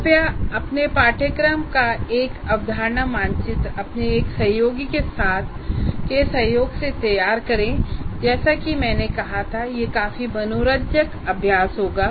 कृपया अपने पाठ्यक्रम का एक अवधारणा मानचित्र अपने एक सहयोगी के सहयोग से तैयार करें जैसा कि मैंने कहा था कि यह काफी मनोरंजक अभ्यास होगा